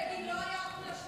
בגין לא היה אכול אשמה.